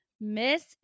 Miss